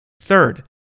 Third